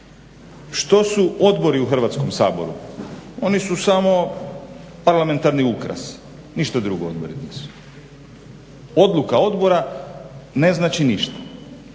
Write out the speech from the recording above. Što su odbori u Hrvatskom saboru, oni su samo parlamentarni ukrasi, ništa drugo odbori nisu. Odluka odbora ne znači ništa.